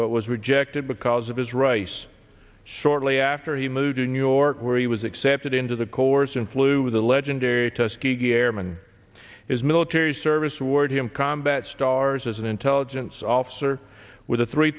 but was rejected because of his race shortly after he moved to new york where he was accepted into the course and flew with the legendary tuskegee airman his military service award him combat stars as an intelligence officer with a three